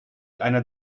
einer